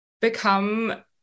become